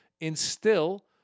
instill